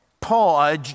Paul